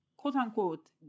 quote-unquote